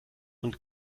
und